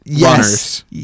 runners